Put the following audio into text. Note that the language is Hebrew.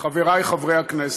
חברי חברי הכנסת,